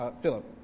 Philip